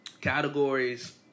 categories